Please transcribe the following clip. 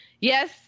Yes